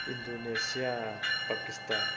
Indonesia Pakistan